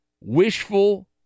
wishful